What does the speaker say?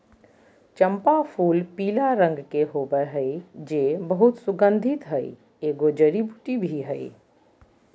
चम्पा फूलपीला रंग के होबे हइ जे बहुत सुगन्धित हइ, एगो जड़ी बूटी भी हइ